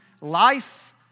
life